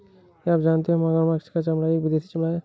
क्या आप जानते हो मगरमच्छ का चमड़ा एक विदेशी चमड़ा है